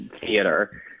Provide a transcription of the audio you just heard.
theater